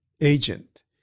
agent